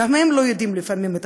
גם הם לפעמים לא יודעים את הכול.